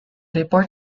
report